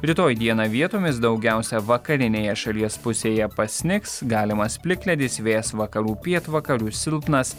rytoj dieną vietomis daugiausia vakarinėje šalies pusėje pasnigs galimas plikledis vėjas vakarų pietvakarių silpnas